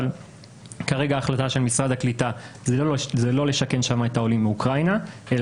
אבל כרגע ההחלטה של משרד הקליטה זה לא לשכן שם את העולים מאוקראינה אלא